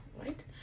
right